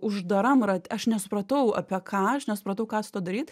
uždaram ra aš nesupratau apie ką aš nesupratau ką su tuo daryt